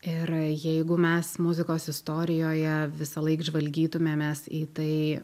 ir jeigu mes muzikos istorijoje visąlaik žvalgytumėmės į tai